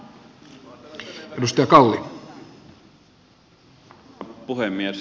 arvoisa puhemies